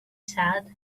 said